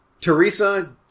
Teresa